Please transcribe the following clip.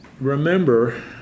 Remember